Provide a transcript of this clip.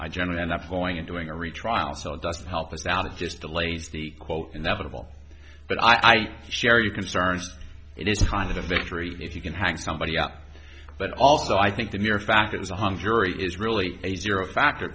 i generally end up going in doing a retrial so it doesn't help us out of just delays the quote inevitable but i share your concerns it is kind of a victory if you can hang somebody up but also i think the mere fact that is a hung jury is really a zero factor